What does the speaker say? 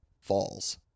Falls